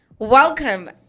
Welcome